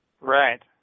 Right